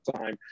time